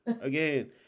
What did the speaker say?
Again